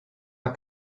are